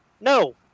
No